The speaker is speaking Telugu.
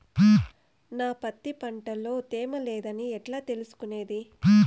నా పత్తి పంట లో తేమ లేదని ఎట్లా తెలుసుకునేది?